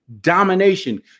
Domination